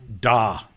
da